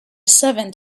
seven